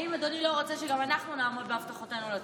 האם אדוני לא רוצה שגם אנחנו נעמוד בהבטחותינו לציבור?